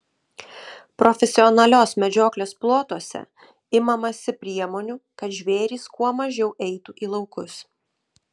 profesionalios medžioklės plotuose imamasi priemonių kad žvėrys kuo mažiau eitų į laukus